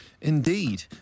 indeed